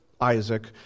Isaac